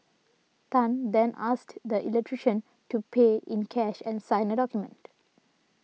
Tan then asked the electrician to pay in cash and sign a document